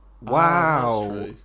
Wow